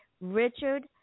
Richard